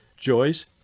joys